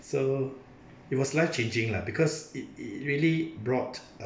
so it was life changing lah because it it really brought